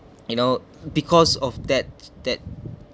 you know because of that that